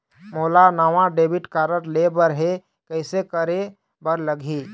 मोला नावा debit card लेबर हे, कइसे करे बर लगही?